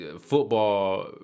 football